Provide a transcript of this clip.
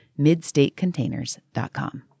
MidStateContainers.com